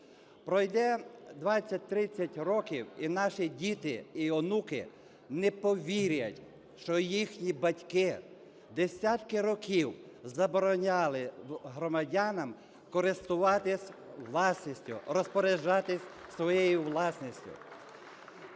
Пройде 20-30 років - і наші діти і онуки не повірять, що їхні батьки десятки років забороняли громадянам користуватись власністю, розпоряджатись своєю власністю.